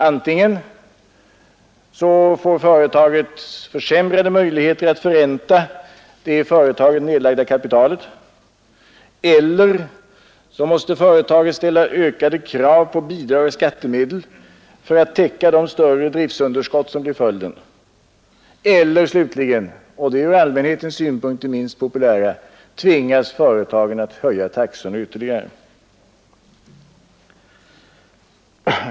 Antingen får företaget försämrade möjligheter att förränta det i företaget nedlagda kapitalet eller måste företaget ställa ökade krav på bidrag av skattemedel för att täcka det större driftsunderskott som blir följden eller slutligen — och det är ur allmänhetens synpunkt det minst populära — tvingas företaget höja taxorna ytterligare.